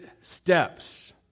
steps